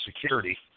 security